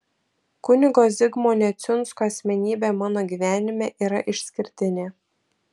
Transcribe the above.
kunigo zigmo neciunsko asmenybė mano gyvenime yra išskirtinė